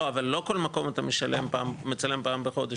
לא, אבל לא כל מקום אתה מצלם פעם בחודש.